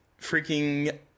freaking